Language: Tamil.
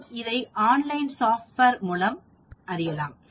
நாம் இதை ஆன்லைன் சாஃப்ட்வேர் மூலம் அறியலாம்